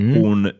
hon